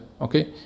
okay